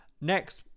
Next